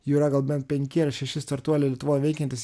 jų yra gal bent penki ar šeši startuoliai lietuvoj veikiantys